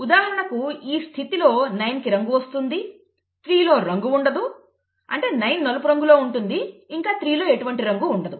ఉదాహరణకు ఈ స్థితిలో 9 కి రంగు వస్తుంది 3 లో రంగు ఉండదు అంటే 9 నలుపు రంగులో ఉంటుంది ఇంకా 3 లో ఎటువంటి రంగు ఉండదు